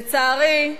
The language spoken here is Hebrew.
לצערי,